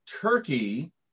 Turkey